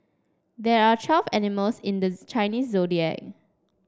there are twelve animals in the Chinese Zodiac